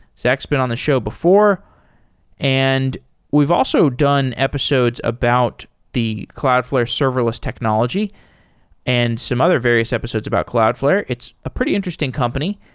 zach's been on the show before and we've also done episodes about the cloudflare serverless technology and some other various episodes about cloudflare. it's a pretty interesting company,